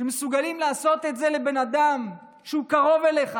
שמסוגלים לעשות את זה לבן אדם שהוא קרוב אליך,